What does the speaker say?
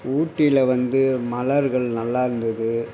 ஊட்டியில் வந்து மலர்கள் நல்லாயிருந்தது